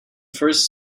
first